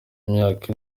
y’imyaka